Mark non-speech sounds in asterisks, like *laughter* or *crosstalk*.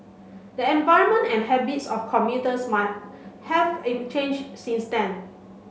the environment and habits of commuters might have *unintelligible* changed since then